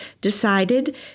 decided